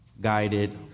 guided